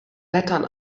lettern